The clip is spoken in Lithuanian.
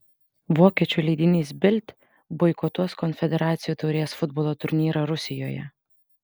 vokiečių leidinys bild boikotuos konfederacijų taurės futbolo turnyrą rusijoje